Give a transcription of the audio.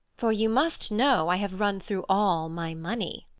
for you must know i have run through all my money.